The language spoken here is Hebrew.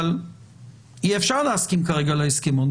אבל אי-אפשר להסכים כרגע להסכמון.